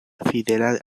fidela